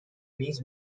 niece